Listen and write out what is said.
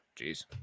Jeez